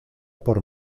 por